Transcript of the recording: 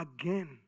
Again